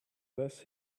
less